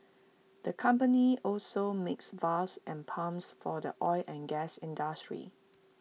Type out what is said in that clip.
the company also makes valves and pumps for the oil and gas industry